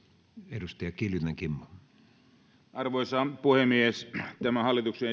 arvoisa arvoisa puhemies tämä hallituksen